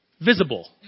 visible